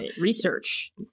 Research